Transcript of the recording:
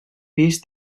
pis